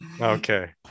okay